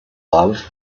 love